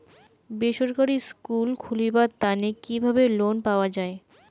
বেসরকারি স্কুল খুলিবার তানে কিভাবে লোন পাওয়া যায়?